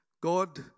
God